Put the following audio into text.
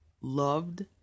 loved